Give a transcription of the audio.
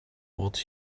what